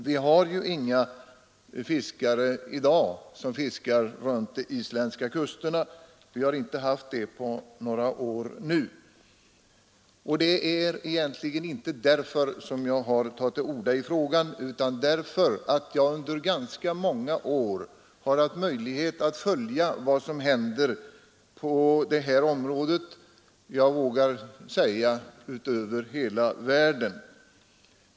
Vi har ju inte på senare år haft några fiskare runt de isländska kusterna. Det är därför egentligen inte med tanke på den saken jag har tagit till orda i frågan, utan därför att jag under ganska många år har haft möjlighet att följa vad som händer på det här området, jag vågar säga över hela världen.